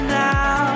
now